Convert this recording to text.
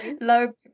Low